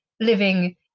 living